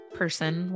person